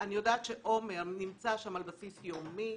אני יודעת שעומר נמצא שם על בסיס יומי.